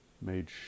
made